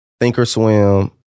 Thinkorswim